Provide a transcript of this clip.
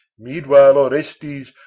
meanwhile orestes,